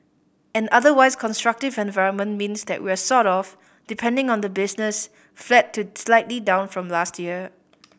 an otherwise constructive environment means that we're sort of depending on the business flat to slightly down from last year